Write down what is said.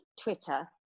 Twitter